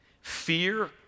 Fear